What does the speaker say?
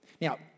Now